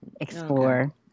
explore